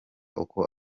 ukwo